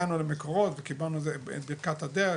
אז, הגענו למקורות, קיבלנו מהם את בירכת הדרך.